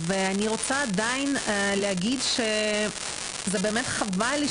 אני רוצה עדיין להגיד שזה באמת חבל לי